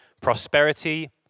prosperity